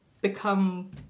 become